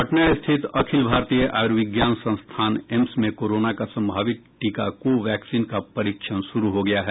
पटना स्थित अखिल भारतीय आयुर्विज्ञान संस्थान एम्स में कोरोना का संभावित टीका को वैक्सीन का परीक्षण शुरू हो गया है